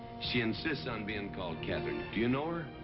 she insists on being called katherine. do you know her?